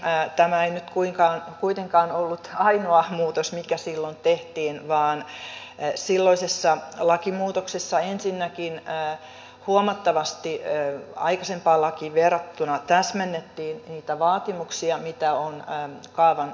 tämä ei nyt kuitenkaan ollut ainoa muutos mikä silloin tehtiin vaan silloisessa lakimuutoksessa ensinnäkin huomattavasti aikaisempaan lakiin verrattuna täsmennettiin niitä vaatimuksia mitä on kaavan sisällölle